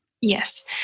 Yes